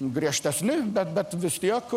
griežtesni bet bet vis tiek